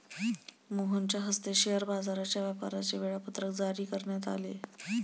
मोहनच्या हस्ते शेअर बाजाराच्या व्यापाराचे वेळापत्रक जारी करण्यात आले